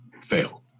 fail